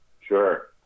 Sure